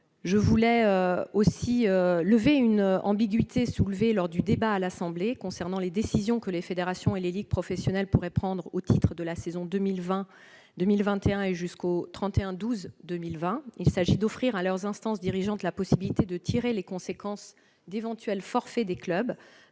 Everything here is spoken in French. Je souhaite également lever une ambiguïté, soulevée lors du débat à l'Assemblée nationale, concernant les décisions que les fédérations et les ligues professionnelles pourraient prendre au titre de la saison 2020-2021 et jusqu'au 31 décembre 2020. Le texte prévoit que leurs instances dirigeantes auront la possibilité de tirer les conséquences d'éventuels forfaits des clubs